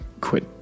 quit